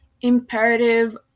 imperative